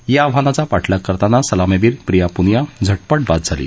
या आव्हानाचा पाठलाग करताना सलामीवीर प्रिया पुनिया झटपट बाद झाली